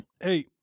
Hey